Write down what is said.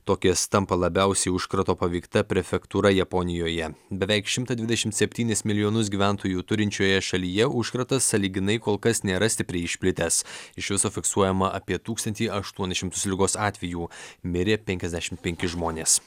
tokijas tampa labiausiai užkrato paveikta prefektūra japonijoje beveik šimtą dvidešimt septynis milijonus gyventojų turinčioje šalyje užkratas sąlyginai kol kas nėra stipriai išplitęs iš viso fiksuojama apie tūkstantį aštuonis šimtus ligos atvejų mirė penkiasdešimt penki žmonės